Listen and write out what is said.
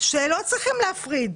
שלא צריך להפריד,